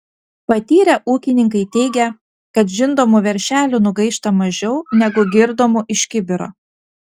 patyrę ūkininkai teigia kad žindomų veršelių nugaišta mažiau negu girdomų iš kibiro